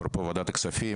אפרופו ועדת הכספים,